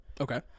Okay